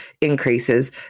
increases